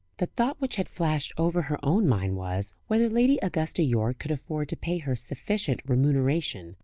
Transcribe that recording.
the thought which had flashed over her own mind was, whether lady augusta yorke could afford to pay her sufficient remuneration.